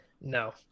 No